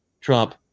Trump